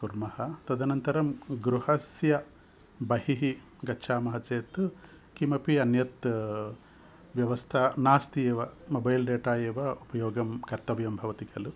कुर्मः तदनन्तरं गृहस्य बहिः गच्छामः चेत् किमपि अन्या व्यवस्था नास्ति एव मोबैल् डेटा एव उपयोगं कर्तव्यं भवति खलु